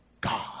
God